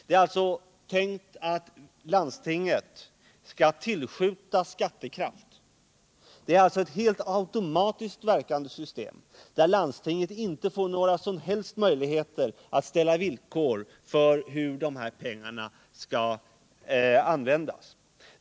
Det är alltså tänkt så att landstinget skall tillskjuta skattekraft. Det är ett automatiskt verkande system, där landstinget inte får några som helst möjligheter att ställa villkor för hur pengarna skall användas.